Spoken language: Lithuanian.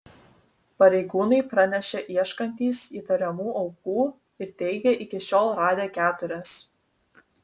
pareigūnai pranešė ieškantys įtariamų aukų ir teigė iki šiol radę keturias